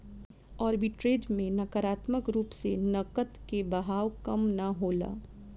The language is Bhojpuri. आर्बिट्रेज में नकारात्मक रूप से नकद के बहाव कम ना होला